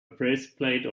breastplate